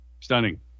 Stunning